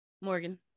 Morgan